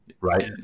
right